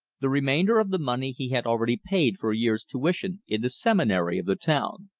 the remainder of the money he had already paid for a year's tuition in the seminary of the town.